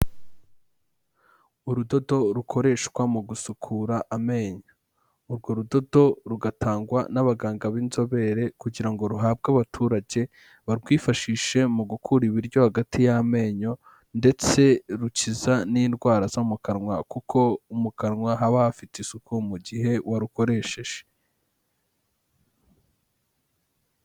Urudodo rukoreshwa mu gusukura amenyo, urwo rudodo rugatangwa n'abaganga b'inzobere kugira ngo ruhabwe abaturage barwifashishe mu gukura ibiryo hagati y'amenyo ndetse rukiza n'indwara zo mu kanwa. Kuko mu kanwa haba hafite isuku mu gihe warukoresheje.